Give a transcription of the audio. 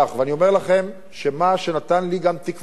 ואני אומר לכם שמה שנתן לי גם תקווה,